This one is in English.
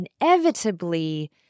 inevitably